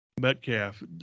Metcalf